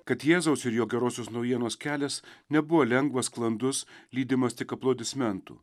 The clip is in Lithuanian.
kad jėzaus ir jo gerosios naujienos kelias nebuvo lengvas sklandus lydimas tik aplodismentų